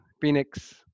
Phoenix